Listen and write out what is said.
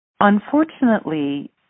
Unfortunately